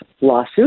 lawsuit